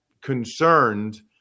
concerned